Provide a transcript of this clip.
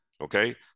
Okay